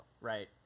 right